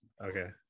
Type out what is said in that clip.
Okay